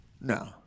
No